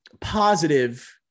positive